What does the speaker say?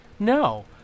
No